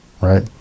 right